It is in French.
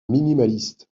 minimaliste